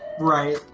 right